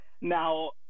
now